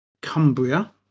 Cumbria